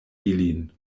ilin